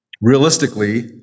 realistically